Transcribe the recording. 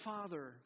Father